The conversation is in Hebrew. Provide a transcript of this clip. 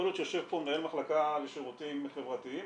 יכול להיות שיושב פה מנהל מחלקה לשירותים חברתיים